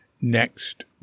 next